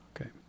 Okay